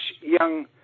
young